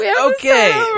okay